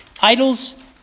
idols